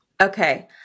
Okay